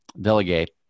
delegate